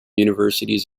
universities